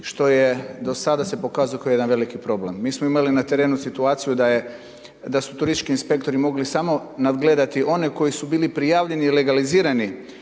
što je do sada se pokazao kao jedan veliki problem. Mi smo imali na terenu situaciju da su turistički inspektori mogli samo nadgledati one koji su bili prijavljeni i legalizirani